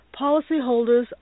Policyholders